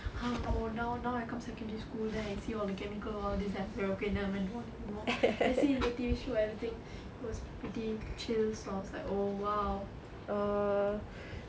!huh! oh now now I come secondary school then I see all the chemical all these I'm like okay nevermind I see in the T_V show everything was pretty chill so I was like oh !wow!